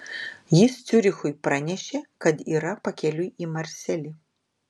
jis ciurichui pranešė kad yra pakeliui į marselį